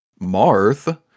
Marth